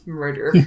murder